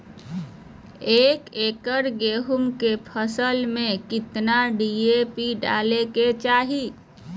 एक एकड़ गेहूं के फसल में कितना डी.ए.पी डाले के चाहि?